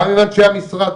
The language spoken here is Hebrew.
גם עם אנשי המשרד,